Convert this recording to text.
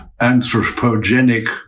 anthropogenic